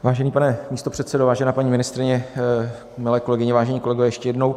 Vážený pane místopředsedo, vážené paní ministryně, milé kolegyně, vážení kolegové, ještě jednou.